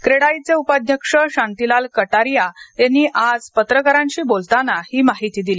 क्रेडाईचे उपाध्यक्ष शांतीलाल कटारिया यांनी आज पत्रकारांशी बोलताना ही माहिती दिली